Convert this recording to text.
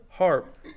Harp